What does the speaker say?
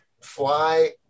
fly